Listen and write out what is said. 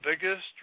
biggest